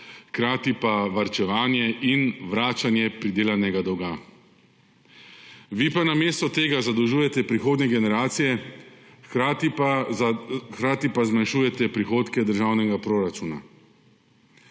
hkrati pa varčevanje in vračanje pridelanega dolga. Vi pa namesto tega zadolžujete prihodnje generacije, hkrati pa zmanjšujete prihodke državnega proračuna.